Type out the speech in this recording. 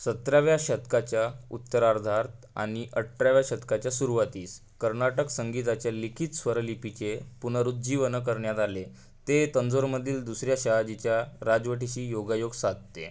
सतराव्या शतकाच्या उत्तरार्धात आणि अठराव्या शतकाच्या सुरवातीस कर्नाटक संगीताच्या लिखित स्वरलिपीचे पुनरुज्जीवन करण्यात आले ते तंजावरमधील दुसऱ्या शहाजीच्या राजवटीशी योगायोग साधते